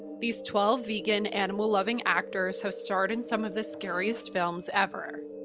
these twelve vegan, animal-loving actors have starred in some of the scariest films ever.